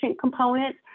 component